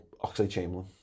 Oxley-Chamberlain